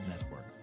Network